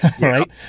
Right